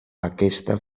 aquesta